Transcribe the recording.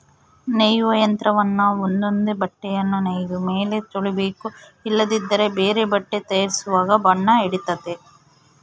ನೇಯುವ ಯಂತ್ರವನ್ನ ಒಂದೊಂದೇ ಬಟ್ಟೆಯನ್ನು ನೇಯ್ದ ಮೇಲೆ ತೊಳಿಬೇಕು ಇಲ್ಲದಿದ್ದರೆ ಬೇರೆ ಬಟ್ಟೆ ತಯಾರಿಸುವಾಗ ಬಣ್ಣ ಹಿಡಿತತೆ